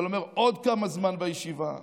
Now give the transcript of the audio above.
אבל אומר: עוד כמה זמן בישיבה,